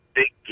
big